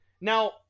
now